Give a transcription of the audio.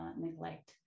neglect